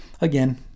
Again